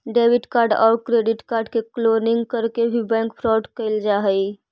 debit card आउ credit card के cloning करके भी बैंक फ्रॉड कैल जा हइ